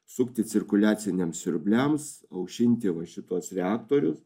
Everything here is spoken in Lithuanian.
sukti cirkuliaciniams siurbliams aušinti va šituos reaktorius